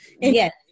yes